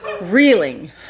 reeling